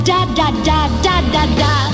Da-da-da-da-da-da